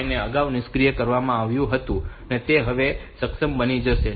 5 તે અગાઉ નિષ્ક્રિય કરવામાં આવ્યું હતું તે હવે સક્ષમ બની જશે